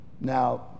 Now